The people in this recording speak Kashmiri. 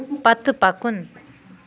پتہٕ پکُن